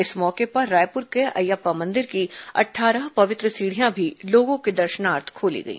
इस मौके पर रायपुर के अयप्पा मंदिर की अट्ठारह पवित्र सीढ़ियां भी लोगों के दर्शनार्थ खोली गई